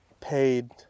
paid